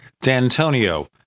D'Antonio